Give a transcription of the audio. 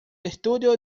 estudio